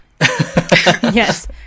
Yes